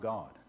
God